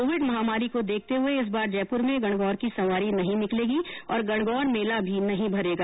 Covid महामारी को देखते हुये इस बार जयपुर में गणगौर की सवारी नहीं निकलेगी और गणगौर मेला भी नहीं भरेगा